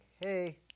Hey